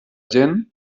gent